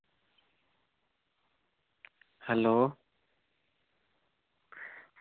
hello